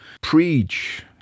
preach